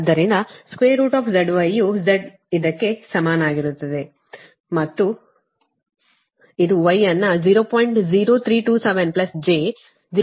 ಆದ್ದರಿಂದ ZY ಯು Z ಇದಕ್ಕೆ ಸಮಾನವಾಗಿರುತ್ತದೆ ಮತ್ತು ಇದು Y ಅನ್ನು 0